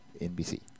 NBC